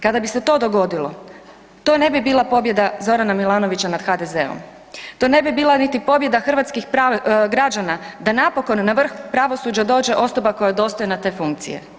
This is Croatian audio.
Kada bi se to dogodilo, to ne bi bila pobjeda Z. Milanovića nad HDZ-om, to ne bi bila niti pobjeda hrvatskih građana da napokon na vrh pravosuđa dođe osoba koja je dostojna te funkcije?